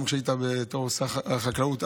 שגם כשהיית בתור שר החקלאות,